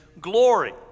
glory